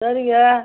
சரிங்க